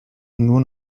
nur